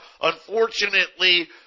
Unfortunately